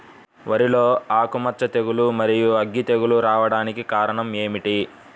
వరిలో ఆకుమచ్చ తెగులు, మరియు అగ్గి తెగులు రావడానికి కారణం ఏమిటి?